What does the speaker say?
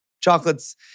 chocolates